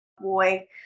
boy